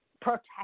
protect